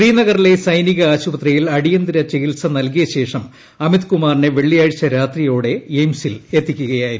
ശ്രീനഗറിലെ സൈനിക ആശുപത്രിയിൽ അടിയന്തര ചികിത്സ നൽകിയശേഷം അമിത് കുമാറിനെ വെള്ളിയാഴ്ച രാത്രിയോടെ എയിംസിൽ എത്തിക്കുകയായിരുന്നു